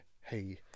hey